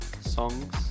songs